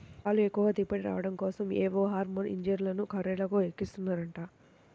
పాలు ఎక్కువ దిగుబడి రాడం కోసరం ఏవో హార్మోన్ ఇంజక్షన్లు బర్రెలకు ఎక్కిస్తన్నారంట